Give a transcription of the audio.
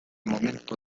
momento